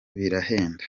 birahenda